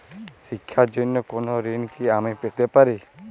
শিক্ষার জন্য কোনো ঋণ কি আমি পেতে পারি?